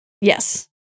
yes